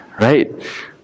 right